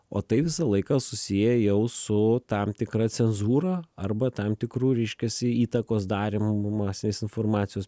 o tai visą laiką susieja jau su tam tikra cenzūra arba tam tikrų reiškiasi įtakos darymu masinės informacijos